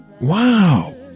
wow